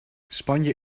spanje